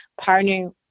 partnering